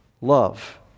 love